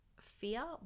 Fear